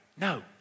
No